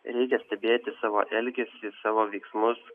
reikia stebėti savo elgesį savo veiksmus